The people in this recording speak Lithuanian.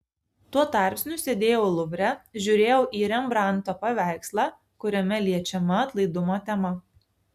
tuo tarpsniu sėdėjau luvre žiūrėjau į rembrandto paveikslą kuriame liečiama atlaidumo tema